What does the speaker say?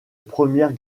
première